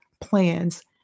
plans